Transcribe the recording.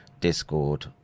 discord